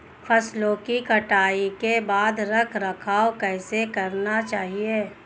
फसलों की कटाई के बाद रख रखाव कैसे करना चाहिये?